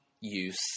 use